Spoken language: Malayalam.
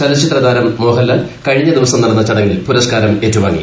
ചലച്ചിത്രതാരം മോഹൻലാൽ കഴിഞ്ഞ ദിവസം നടന്നിച്ടുങ്ങിൽ പുരസ്കാരം ഏറ്റുവാങ്ങി